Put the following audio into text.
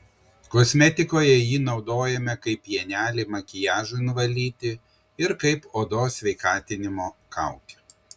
kosmetikoje jį naudojame kaip pienelį makiažui nuvalyti ir kaip odos sveikatinimo kaukę